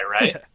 right